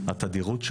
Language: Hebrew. התדירות